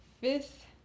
fifth